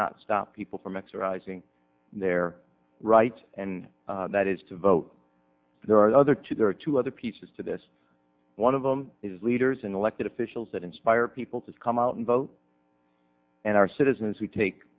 not stop people from exercising their rights and that is to vote there are other two there are two other pieces to this one of them is leaders and elected officials that inspire people to come out and vote and are citizens who take